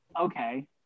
Okay